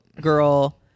girl